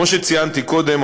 כמו שציינתי קודם,